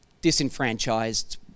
disenfranchised